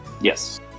Yes